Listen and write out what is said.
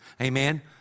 Amen